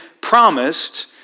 promised